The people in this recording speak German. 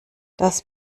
das